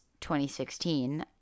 2016